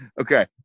Okay